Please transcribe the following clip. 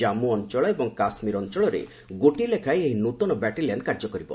ଜାମ୍ମୁ ଅଞ୍ଚଳ ଏବଂ କାଶ୍ମୀର ଅଞ୍ଚଳରେ ଗୋଟିଏ ଲେଖାଏଁ ଏହି ନୂତନ ବାଟାଲିୟାନ୍ କାର୍ଯ୍ୟ କରିବ